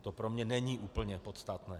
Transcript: To pro mě není úplně podstatné.